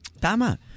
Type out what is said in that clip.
Tama